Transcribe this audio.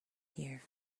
here